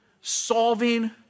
solving